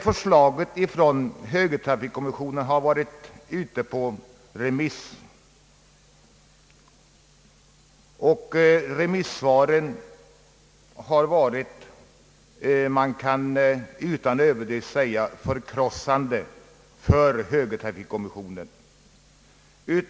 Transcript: Förslaget från högertrafikkommissionen har varit ute på remiss.